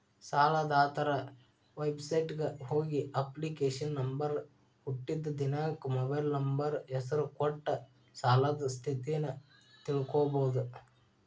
ಸಾಲದಾತರ ವೆಬಸೈಟ್ಗ ಹೋಗಿ ಅಪ್ಲಿಕೇಶನ್ ನಂಬರ್ ಹುಟ್ಟಿದ್ ದಿನಾಂಕ ಮೊಬೈಲ್ ನಂಬರ್ ಹೆಸರ ಕೊಟ್ಟ ಸಾಲದ್ ಸ್ಥಿತಿನ ತಿಳ್ಕೋಬೋದು